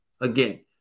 Again